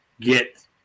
get